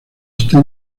está